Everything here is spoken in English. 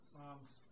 Psalms